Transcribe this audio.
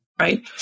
right